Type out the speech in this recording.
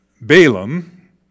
Balaam